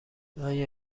آیا